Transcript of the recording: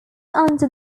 under